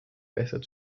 besser